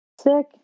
Sick